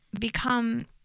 become